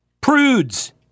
Prudes